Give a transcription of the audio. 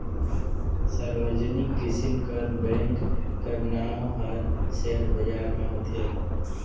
सार्वजनिक किसिम कर बेंक कर नांव हर सेयर बजार में होथे